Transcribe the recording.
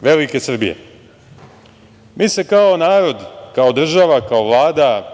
velike Srbije. Mi se kao narod, kao država, kao Vlada